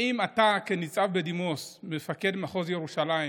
האם אתה, כניצב בדימוס, מפקד מחוז ירושלים,